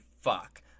Fuck